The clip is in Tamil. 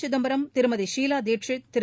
சிதம்பரம் திருமதி ஷீலா தீட்சித் திரு